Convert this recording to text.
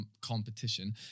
competition